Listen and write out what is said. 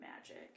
magic